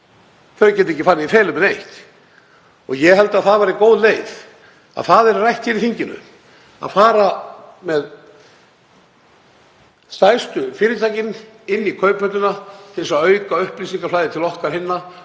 þau geti ekki farið í felur með neitt. Ég held að það væri góð leið að við ræddum í þinginu að fara með stærstu fyrirtækin inn í Kauphöllina til að auka upplýsingaflæði til okkar hinna.